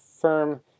firm